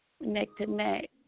neck-to-neck